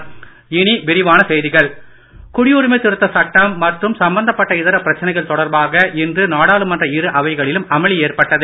அமளி குடியுரிமை திருத்த சட்டம் சம்பந்தப்பட்ட இதர பிரச்சனைகள் தொடர்பாக இன்று நாடாளுமன்ற இரு அவைகளிலும் அமளி ஏற்பட்டது